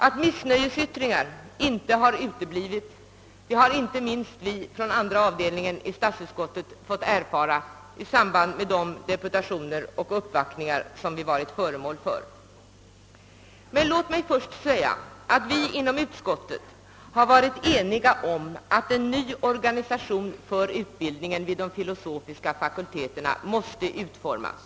Att missnöjesyttringar har förekommit har inte minst vi från statsutskottets andra avdelning fått erfara i samband med de deputationer och uppvaktningar vi varit föremål för. Låt mig först säga att vi varit eniga inom utskottet om att en ny organisation för utbildningen vid de filosofiska fakulteterna måste utformas.